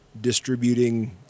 distributing